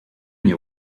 nie